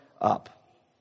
up